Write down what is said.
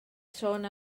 sôn